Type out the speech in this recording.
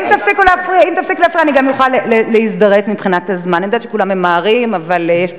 לא יושבים פה פגים, יושבים